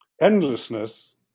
Endlessness